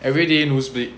everyday nose bleed